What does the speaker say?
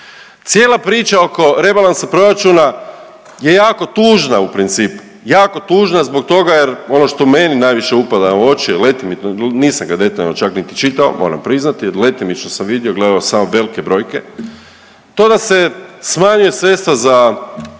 Cijela priča oko rebalansa proračuna je jako tužna u principu, jako tužna zbog toga jer ono što meni najviše upada u oči letimično, nisam ga detaljno čak niti čitao moram priznati jer letimično sam vidio, gledao samo velike brojke, to da se smanjuju sredstva za